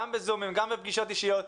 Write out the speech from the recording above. גם בזומים וגם בפגישות אישיות,